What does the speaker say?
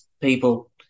people